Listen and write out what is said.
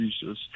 Jesus